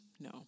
No